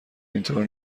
اینطور